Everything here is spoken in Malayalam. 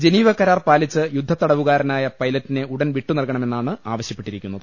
ജനീവ കരാർ പാലിച്ച് യുദ്ധ തടവുകാരനായ പൈലറ്റിനെ ഉടൻ വിട്ടു നൽകണമെന്നാണ് ആവശ്യ പ്പെട്ടിരിക്കുന്നത്